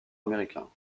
américain